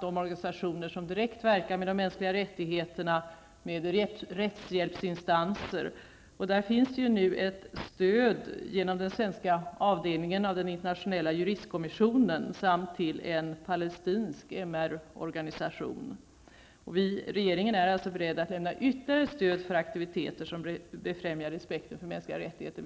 de organisationer som direkt verkar med de mänskliga rättigheterna, med rättshjälpsinstanser. Där finns nu ett stöd genom den svenska avdelningen av den internationella juristkommissionen samt till en palestinsk MR-organisation. Regeringen är alltså beredd att lämna ytterligare stöd för aktiviteter som befrämjar respekten för mänskliga rättigheter.